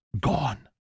gone